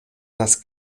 das